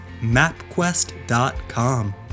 MapQuest.com